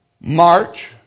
March